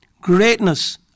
greatness